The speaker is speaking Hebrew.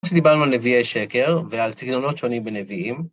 דיברנו על נביאי שקר ועל סגנונות שונים בנביאים.